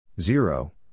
Zero